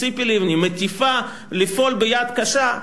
את ציפי לבני מטיפה לפעול ביד קשה,